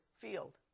field